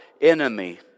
enemy